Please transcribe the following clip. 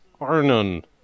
Arnon